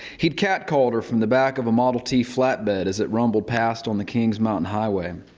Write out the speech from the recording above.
he'd catcalled her from the back of a model t flatbed as it rumbled past on the king's mountain highway.